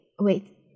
Wait